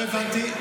לא הבנתי.